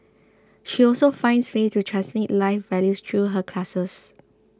she also finds ways to transmit life values through her classes